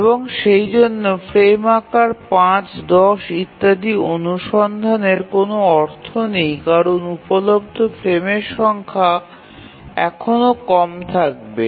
এবং সেইজন্য ফ্রেম আকার ৫ ১০ ইত্যাদি অনুসন্ধানের কোনও অর্থ নেই কারণ উপলব্ধ ফ্রেমের সংখ্যা এখনও কম থাকবে